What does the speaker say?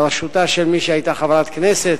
בראשותה של מי שהיתה חברת כנסת,